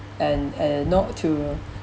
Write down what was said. and and not to